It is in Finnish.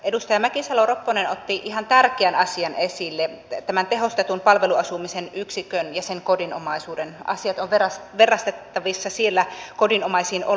edustaja mäkisalo ropponen otti ihan tärkeän asian esille tämän tehostetun palveluasumisen yksikön ja sen kodinomaisuuden että asiat ovat verrattavissa siellä kodinomaisiin oloihin